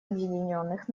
объединенных